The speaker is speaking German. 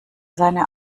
seine